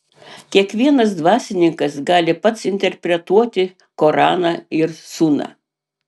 kiekvienas dvasininkas gali pats interpretuoti koraną ir suną